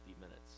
minutes